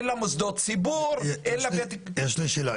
אין לה מוסדות ציבור --- יש לי שאלה,